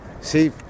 see